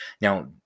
now